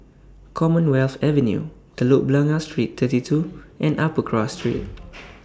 Commonwealth Avenue Telok Blangah Street thirty two and Upper Cross Street